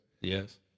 Yes